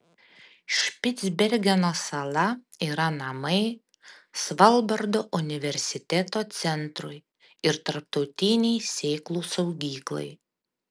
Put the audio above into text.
špicbergeno sala yra namai svalbardo universiteto centrui ir tarptautinei sėklų saugyklai